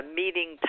meeting